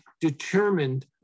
determined